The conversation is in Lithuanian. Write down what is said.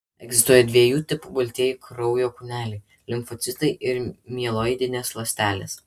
egzistuoja dviejų tipų baltieji kraujo kūneliai limfocitai ir mieloidinės ląstelės